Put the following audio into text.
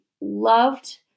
loved